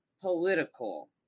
political